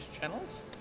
channels